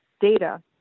data